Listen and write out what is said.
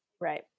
Right